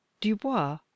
Dubois